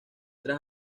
tras